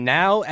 now